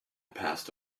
passed